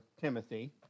Timothy